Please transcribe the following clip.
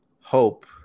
hope